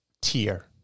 tier